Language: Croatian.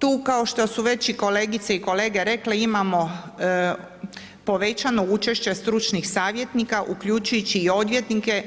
Tu kao što su već i kolegice i kolege rekle, imamo povećano učešće stručnih savjetnika uključujući i odvjetnike